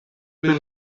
been